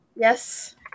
yes